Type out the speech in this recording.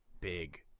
big